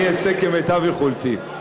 אני אעשה כמיטב יכולתי.